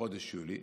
בחודש יולי,